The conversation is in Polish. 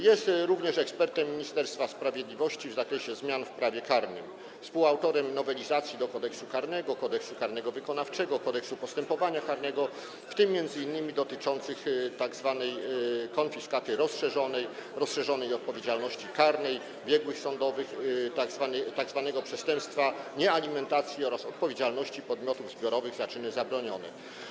Jest również ekspertem Ministerstwa Sprawiedliwości w zakresie zmian w prawie karnym, współautorem nowelizacji Kodeksu karnego, Kodeksu karnego wykonawczego i Kodeksu postępowania karnego, w tym m.in. dotyczących tzw. konfiskaty rozszerzonej, rozszerzonej odpowiedzialności karnej biegłych sądowych, tzw. przestępstwa niealimentacji oraz odpowiedzialności podmiotów zbiorowych za czyny zabronione.